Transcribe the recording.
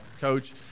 coach